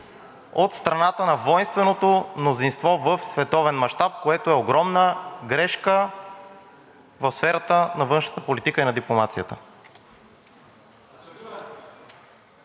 от страната на войнственото мнозинство в световен мащаб, което е огромна грешка в сферата на външната политика и на дипломацията.